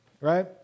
right